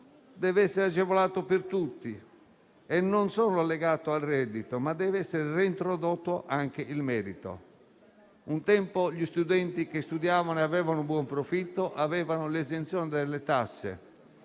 debba essere agevolato per tutti e non legato al reddito; deve essere reintrodotto anche il merito. Un tempo gli studenti che avevano un buon profitto avevano l'esenzione dalle tasse,